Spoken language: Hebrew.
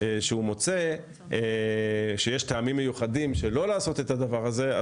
שהוא מוצא ואם יש טעמים מיוחדים שלא לעשות את הדבר הזה,